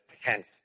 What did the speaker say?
hence